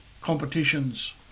competitions